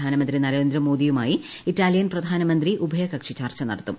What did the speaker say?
പ്രധാനമന്ത്രി നരേന്ദ്രമോദിയുമായി ഇറ്റാലിയൻ പ്രധാനമന്ത്രി ഉഭയകക്ഷി ചർച്ച നടത്തും